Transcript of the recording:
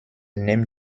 name